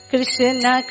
Krishna